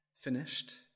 finished